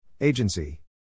Agency